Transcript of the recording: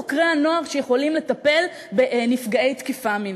מספר חוקרי הנוער שיכולים לטפל בנפגעי תקיפה מינית.